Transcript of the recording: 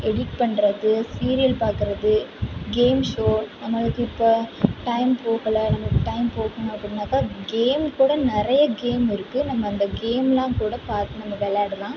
edit பண்ணுறது serial பாக்கிறது game show அந்த மாதிரி இப்போ டைம் போகலை டைம் நம்மளுக்கு டைம் போகணும் அப்படின்னாக்கா கேம் கூட நிறையா கேம் இருக்கு நம்ம அந்த கேம்லாம் கூட பார்த்து நம்ம விளையாடலாம்